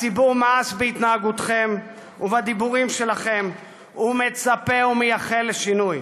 הציבור מאס בהתנהגותכם ובדיבורים שלכם ומצפה ומייחל לשינוי.